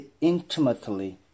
intimately